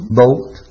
boat